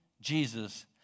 Jesus